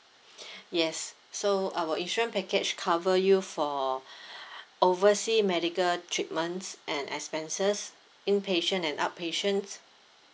yes so our insurance package cover you for oversea medical treatments and expenses inpatient an outpatient